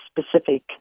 specific